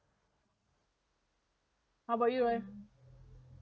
how about you raya